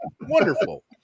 Wonderful